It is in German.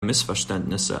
missverständnisse